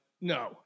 No